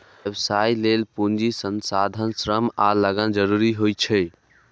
व्यवसाय लेल पूंजी, संसाधन, श्रम आ लगन जरूरी होइ छै